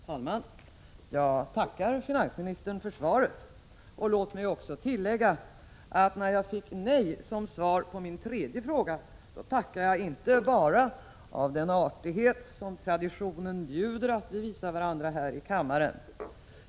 Herr talman! Jag tackar finansministern för svaret. Låt mig också tillägga att när jag fick nej som svar på min tredje fråga tackar jag inte bara av den artighet som traditionen bjuder att vi visar varandra här i kammaren.